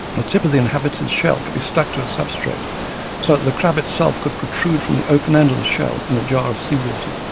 but tip of the inhabited shell could be stuck to a substrate so that the crab itself could protrude from the open end of the shell in a jar of sea water.